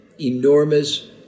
enormous